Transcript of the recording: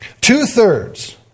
two-thirds